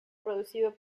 producido